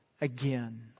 again